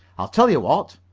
i'll tell you what,